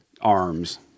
arms